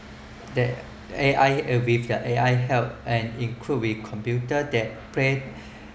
that A_I uh with the A_I help and include with computer that plays